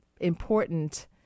important